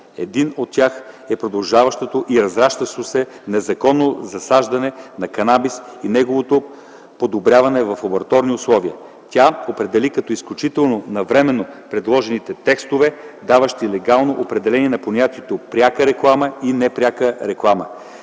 Един от тях е продължаващото и разрастващо се незаконно засаждане на канабис и неговото подобряване в лабораторни условия. Тя определи като изключително навременно предложените текстовете, даващи легално определение на понятията „пряка реклама” и “непряка реклама”,